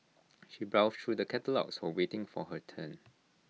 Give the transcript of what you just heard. she browsed through the catalogues while waiting for her turn